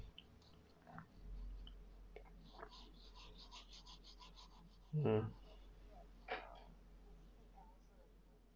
um